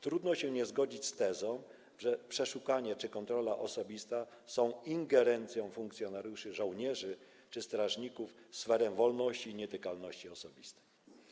Trudno nie zgodzić się z tezą, że przeszukanie czy kontrola osobista są ingerencją funkcjonariuszy, żołnierzy czy strażników w sferę wolności i nietykalności osobistej.